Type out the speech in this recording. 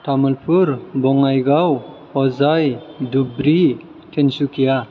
Tamulpur Bongaigaon Hojai Dhubri Tinsukia